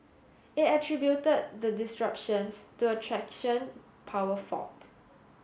it attributed the disruptions to a traction power fault